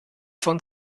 von